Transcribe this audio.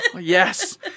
Yes